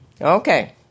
Okay